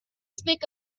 speak